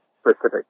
specific